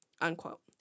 unquote